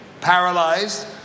paralyzed